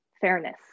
fairness